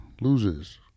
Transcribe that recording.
Loses